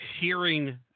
hearing